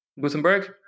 Gutenberg